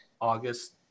August